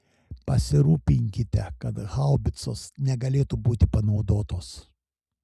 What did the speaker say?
pasirūpinkite kad haubicos negalėtų būti panaudotos